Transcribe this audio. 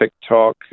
TikTok